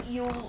you